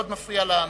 זה מאוד מפריע לנואם.